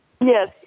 Yes